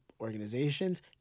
organizations